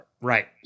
Right